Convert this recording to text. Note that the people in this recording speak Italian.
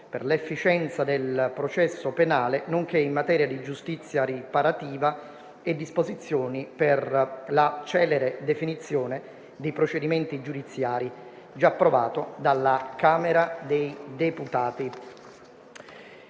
per l'efficienza del processo penale nonché in materia di giustizia riparativa e disposizioni per la celere definizione dei procedimenti giudiziari*** *(Approvato dalla Camera dei deputati)***(ore